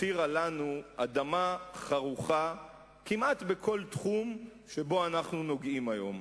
הותירה לנו אדמה חרוכה כמעט בכל תחום שבו אנחנו נוגעים היום.